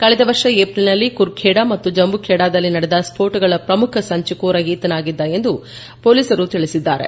ಕಳೆದ ವರ್ಷ ಏಪ್ರಿಲ್ನಲ್ಲಿ ಕುರ್ಖೇಡಾ ಮತ್ತು ಜಂಬುಖೇಡಾದಲ್ಲಿ ನಡೆದ ಸ್ಸೋಟಗಳ ಪ್ರಮುಖ ಸಂಚುಕೋರ ಈತನಾಗಿದ್ದ ಎಂದು ಪೊಲೀಸರು ತಿಳಿಸಿದ್ದಾರೆ